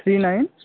three nine